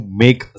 make